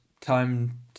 time